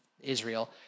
Israel